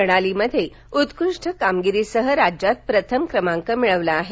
प्रणालीमध्ये उत्कृष्ट कामगिरीसह राज्यात प्रथम क्रमांक मिळवला आहे